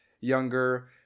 younger